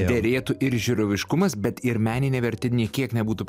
derėtų ir žiūroviškumas bet ir meninė vertė nė kiek nebūtų